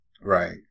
right